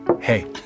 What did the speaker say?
Hey